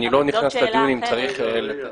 אני לא נכנס לדיון אם צריך לתת.